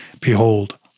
Behold